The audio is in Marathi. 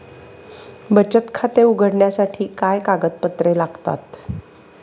बचत खाते उघडण्यासाठी काय कागदपत्रे लागतात?